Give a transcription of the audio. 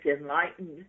enlightened